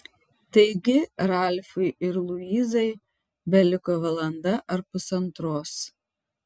taigi ralfui ir luizai beliko valanda ar pusantros